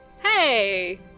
hey